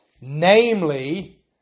Namely